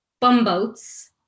Bumboats